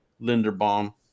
Linderbaum